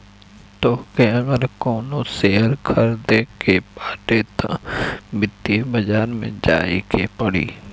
तोहके अगर कवनो शेयर खरीदे के बाटे तअ वित्तीय बाजार में जाए के पड़ी